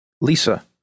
Lisa